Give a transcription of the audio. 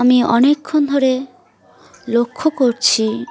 আমি অনেকক্ষণ ধরে লক্ষ্য করছি